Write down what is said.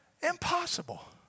Impossible